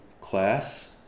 class